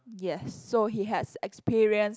yes so he has experience